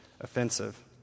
offensive